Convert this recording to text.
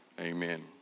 amen